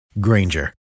Granger